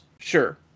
Sure